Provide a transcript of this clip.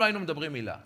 לא היינו מדברים מילה.